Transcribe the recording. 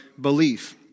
belief